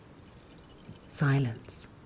Silence